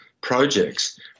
projects